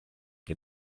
che